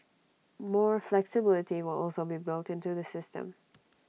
more flexibility will also be built into the system